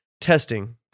testing